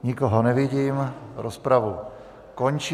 Nikoho nevidím, rozpravu končím.